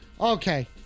Okay